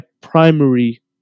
primary